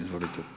Izvolite.